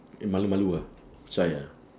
eh malu malu ah shy ah